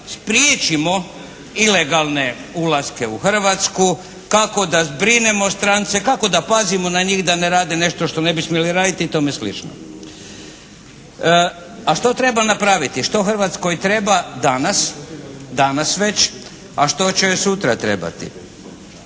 da spriječimo ilegalne ulaske u Hrvatsku, kako da zbrinemo strance, kako da pazimo na njih da ne rade nešto što ne bi smjeli raditi i tome slično. A što treba napraviti? Što Hrvatskoj treba danas već, a što će joj sutra trebati?